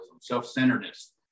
self-centeredness